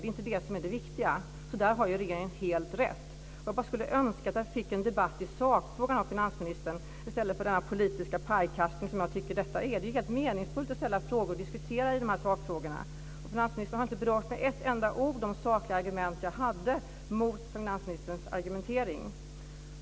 Det är inte det som är det viktiga, så där har regeringen helt rätt. Jag skulle önska att jag fick en debatt i sakfrågan med finansministern i stället för den politiska pajkastning som jag tycker att detta är. Det är ju helt meningslöst att ställa frågor och diskutera i de här sakfrågorna. Finansministern har inte med ett enda ord berört de sakliga argument jag framförde mot finansministerns argumentering.